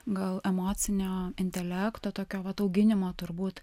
gal emocinio intelekto tokio atauginimo turbūt